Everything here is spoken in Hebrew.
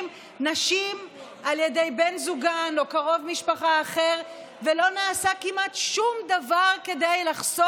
אומר בג"ץ, מותר לייצר